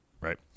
right